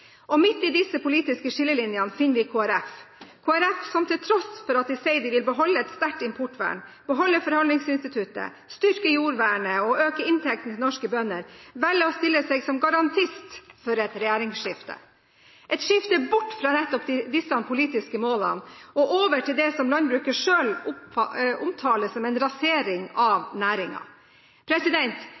kr. Midt i disse politiske skillelinjene finner vi Kristelig Folkeparti, som til tross for at de sier de vil beholde et sterkt importvern, beholde forhandlingsinstituttet, styrke jordvernet og øke inntektene til norske bønder, velger å stille som garantist for et regjeringsskifte. Et slikt skifte vil bety at man nettopp går bort fra disse politiske målene og over til det som landbruket selv omtaler som en rasering av